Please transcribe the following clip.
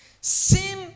Sin